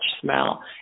smell